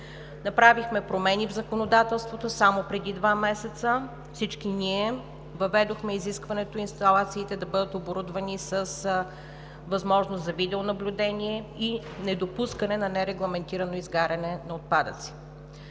Направихме промени в законодателството. Само преди два месеца всички ние въведохме изискването инсталациите да бъдат оборудвани с възможност за видеонаблюдение и недопускане на нерегламентирано изгаряне на отпадъци.